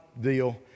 deal